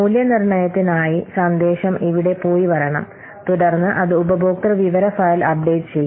മൂല്യനിർണ്ണയത്തിനായി സന്ദേശം ഇവിടെ പോയി വരണം തുടർന്ന് അത് ഉപഭോക്തൃ വിവര ഫയൽ അപ്ഡേറ്റ് ചെയ്യും